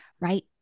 right